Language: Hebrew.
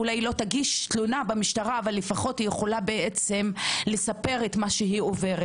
אולי לא תגיש תלונה במשטרה אבל יכולה לפחות לספר מה היא עוברת.